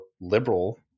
liberal